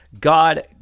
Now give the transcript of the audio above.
God